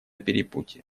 перепутье